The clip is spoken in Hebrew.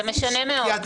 מה זה משנה.